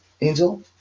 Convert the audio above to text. Angel